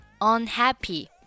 unhappy